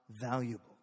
valuable